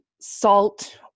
salt